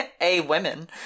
A-women